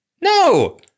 No